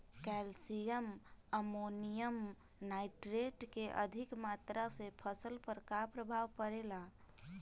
Calcium ammonium nitrate के अधिक मात्रा से फसल पर का प्रभाव परेला?